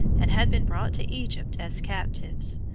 and had been brought to egypt as captives,